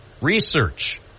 research